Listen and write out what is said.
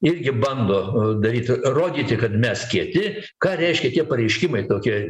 irgi bando daryti rodyti kad mes kieti ką reiškia tie pareiškimai tokie